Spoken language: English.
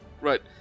right